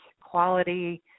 quality